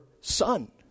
son